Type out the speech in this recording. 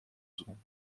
secondes